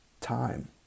time